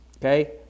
Okay